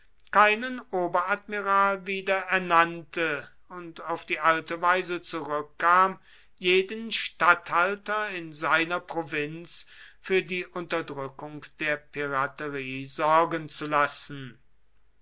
keinen oberadmiral wieder ernannte und auf die alte weise zurückkam jeden statthalter in seiner provinz für die unterdrückung der piraterie sorgen zu lassen